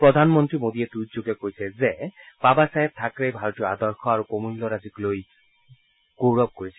প্ৰধানমন্ত্ৰী মোদীয়ে টুইটযোগে কৈছে যে বাবাচাহেব থাকৰেই ভাৰতীয় আদৰ্শ আৰু প্ৰমূল্যৰাজিক লৈ গৌৰৱ কৰিছিল